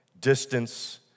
distance